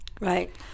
Right